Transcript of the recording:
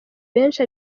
benshi